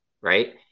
right